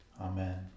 Amen